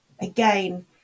Again